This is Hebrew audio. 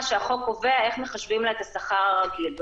שהחוק קובע איך מחשבים לה את השכר הרגיל.